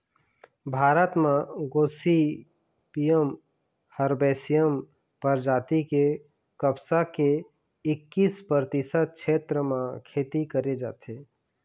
भारत म गोसिपीयम हरबैसियम परजाति के कपसा के एक्कीस परतिसत छेत्र म खेती करे जाथे